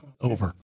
over